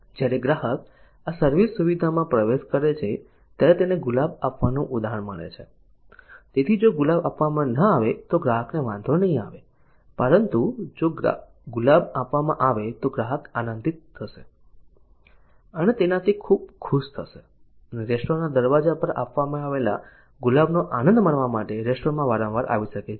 જ્યારે ગ્રાહક આ સર્વિસ સુવિધામાં પ્રવેશ કરે છે ત્યારે તેને ગુલાબ આપવાનું ઉદાહરણ મળે છે તેથી જો ગુલાબ આપવામાં ન આવે તો ગ્રાહકને વાંધો નહીં આવે પરંતુ જો ગુલાબ આપવામાં આવે તો ગ્રાહક આનંદિત થશે અને તેનાથી ખૂબ ખુશ થશે અને રેસ્ટોરન્ટના દરવાજા પર આપવામાં આવેલા ગુલાબનો આનંદ માણવા માટે રેસ્ટોરન્ટમાં વારંવાર આવી શકે છે